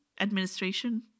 Administration